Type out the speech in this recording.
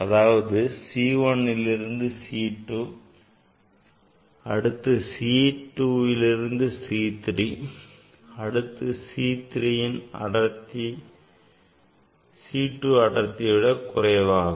அதாவது C 1ல் இருந்து C2 then C 2 ல் இருந்து C 3 இதில் C3 ன் அடர்த்தி C2ஐ விட குறைவாகும்